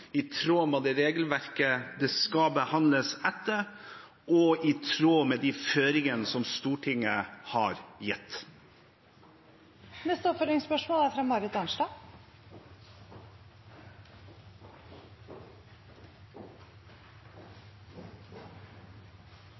i tråd med det regelverket det skal behandles etter, og i tråd med de føringene som Stortinget har gitt. Marit Arnstad – til oppfølgingsspørsmål.